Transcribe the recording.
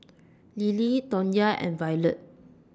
Lilie Tawnya and Violet